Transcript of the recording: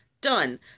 done